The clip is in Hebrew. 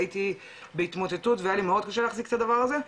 הייתי בהתמוטטות והיה לי מאוד קשה להחזיק את הדבר הזה,